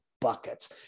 buckets